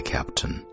Captain 》 。